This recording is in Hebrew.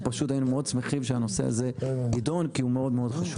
אנחנו פשוט היינו מאוד שמחים שהנושא הזה יידון כי הוא מאוד חשוב.